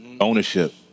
Ownership